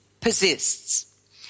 persists